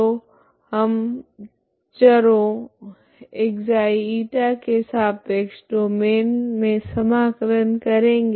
तो हम चरों ξ η के सापेक्ष डोमैन मे समाकलन करेगे